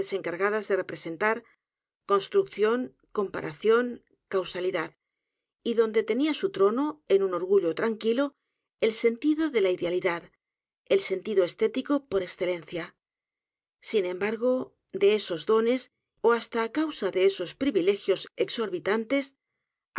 encargadas de representar construcción comparación causalidad y donde tenía su trono en u n orgullo tranquilo el sentido de la idealidad el sentido estético por excelencia sin embargo de esos dones ó hasta á causa de esos privilegios exhorbitantes